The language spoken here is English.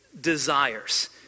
desires